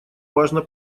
важно